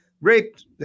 raped